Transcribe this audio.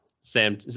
sam